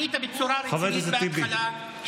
ענית בצורה רצינית בהתחלה.